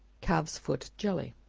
calf's foot jelly.